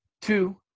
two